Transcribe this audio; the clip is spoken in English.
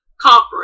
conference